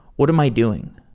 what am i doing?